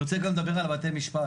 אני רוצה גם לדבר על בתי משפט.